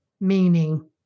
meaning